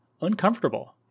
uncomfortable